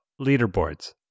leaderboards